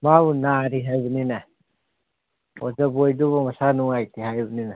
ꯃꯥꯕꯨ ꯅꯥꯔꯤ ꯍꯥꯏꯕꯅꯤꯅꯦ ꯑꯣꯖꯥ ꯕꯣꯏꯗꯨꯕꯨ ꯃꯁꯥ ꯅꯨꯡꯉꯥꯏꯇꯦ ꯍꯥꯏꯕꯅꯤꯅꯦ